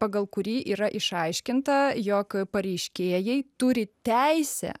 pagal kurį yra išaiškinta jog pareiškėjai turi teisę